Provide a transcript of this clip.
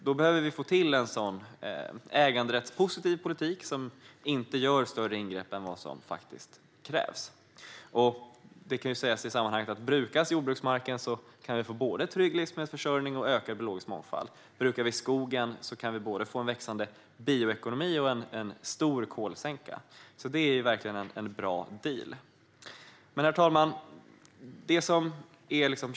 Då behöver vi få till en äganderättspositiv politik som inte gör större ingrepp än vad som faktiskt krävs. Det kan sägas i sammanhanget att om jordbruksmarken brukas kan vi få både en trygg livsmedelsförsörjning och ökad biologisk mångfald. Brukar vi skogen kan vi få både en växande bioekonomi och en stor kolsänka. Det är verkligen en bra deal. Herr talman!